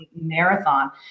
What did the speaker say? marathon